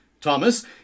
Thomas